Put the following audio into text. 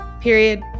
period